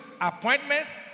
appointments